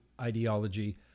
ideology